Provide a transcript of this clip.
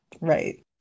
Right